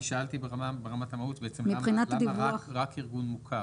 אני שאלתי ברמת המהות, למה רק ארגון מוכר.